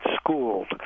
schooled